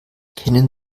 kennen